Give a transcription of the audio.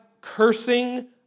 cursing